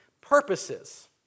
purposes